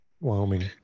Wyoming